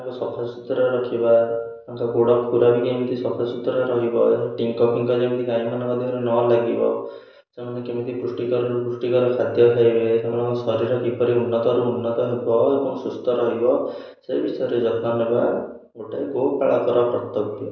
ତାଙ୍କୁ ସଫାସୁତୁରା ରଖିବା ତାଙ୍କ ଗୋଡ଼ଖୁରା ବି କେମିତି ସଫା ସୁତୁରା ରହିବ ଟିଙ୍କ ଫିଙ୍କ ଯେମିତି ଗାଈମାନଙ୍କ ମଧ୍ୟରେ ନ ଲାଗିବ ସେମାନେ କେମିତି ପୁଷ୍ଟିକରରୁ ପୁଷ୍ଟିକର ଖାଦ୍ୟ ଖାଇବେ ସେମାନଙ୍କ ଶରୀର କିପରି ଉନ୍ନତରୁ ଉନ୍ନତ ହେବ ଏବଂ ସୁସ୍ଥ ରହିବ ସେ ବିଷୟରେ ଯତ୍ନ ନେବା ଗୋଟେ ଗୋପାଳକର କର୍ତ୍ତବ୍ୟ